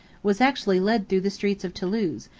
was actually led through the streets of thoulouse,